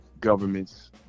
Governments